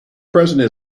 president